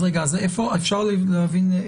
אז איפה אפשר להבין?